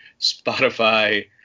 spotify